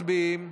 מצביעים.